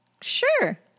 sure